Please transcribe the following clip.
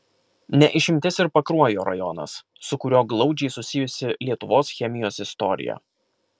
ne išimtis ir pakruojo rajonas su kuriuo glaudžiai susijusi lietuvos chemijos istorija